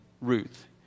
Ruth